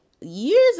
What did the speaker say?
years